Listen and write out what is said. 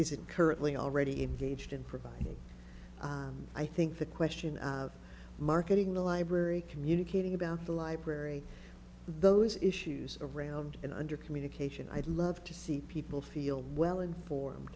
isn't currently already engaged in providing i think the question of marketing the library communicating about the library those issues around and under communication i'd love to see people feel well informed